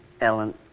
Ellen